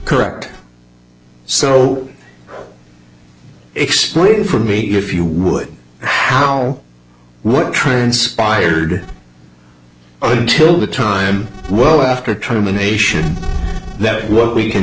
correct so explain for me if you would how what transpired until the time well after training the nation that what we can